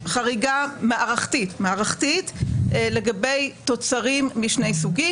חריגה מערכתית לגבי תוצרים משני סוגים,